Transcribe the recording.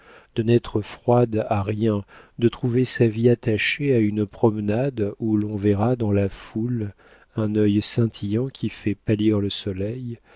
de n'être froide à rien de trouver sa vie attachée à une promenade où l'on verra dans la foule un œil scintillant qui fait pâlir le soleil